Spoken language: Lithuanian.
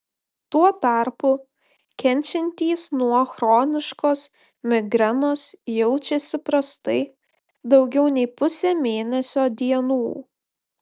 tuo tarpu kenčiantys nuo chroniškos migrenos jaučiasi prastai daugiau nei pusę mėnesio dienų